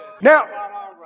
Now